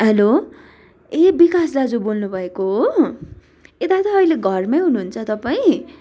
hello ए विकास दाजु बोल्नुभएको हो ए दादा अहिले घरमै हुनुहुन्छ तपाईँ